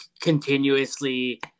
continuously